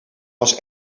was